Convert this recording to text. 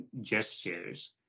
gestures